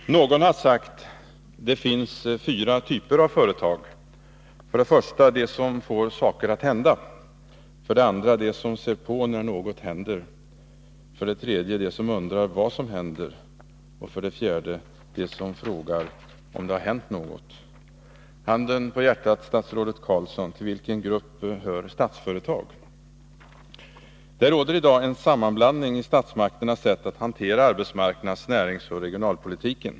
Herr talman! Någon har sagt: Det finns fyra typer av företag: för det första de som får saker att hända, för det andra de som ser på när något händer, för det tredje de som undrar vad som händer och för det fjärde de som frågar om det har hänt något. Handen på hjärtat, statsrådet Carlsson: Till vilken grupp hör Statsföretag? Det råder i dag en sammanblandning i statsmakternas sätt att hantera arbetsmarknads-, näringsoch regionalpolitiken.